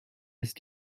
ist